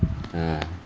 ah